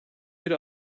bir